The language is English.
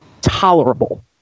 tolerable